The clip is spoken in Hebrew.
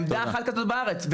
עמדה אחת כזאת בארץ.